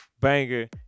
banger